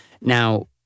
Now